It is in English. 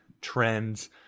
trends